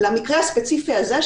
למקרה הספציפי הזה,